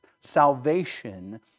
salvation